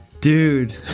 Dude